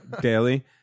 daily